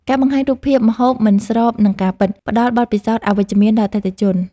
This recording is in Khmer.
ការបង្ហាញរូបភាពម្ហូបមិនស្របនឹងការពិត ផ្ដល់បទពិសោធន៍អវិជ្ជមានដល់អតិថិជន។